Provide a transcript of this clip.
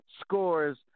Scores